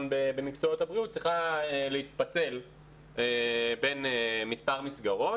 במקצועות הבריאות צריכה להתפצל בין מספר מסגרות.